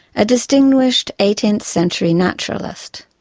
a distinguished eighteenth century naturalist.